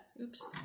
Oops